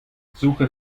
suche